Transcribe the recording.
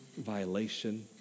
violation